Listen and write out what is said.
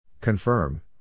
Confirm